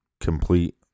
complete